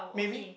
maybe